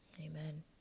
Amen